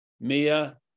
Mia